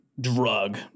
Drug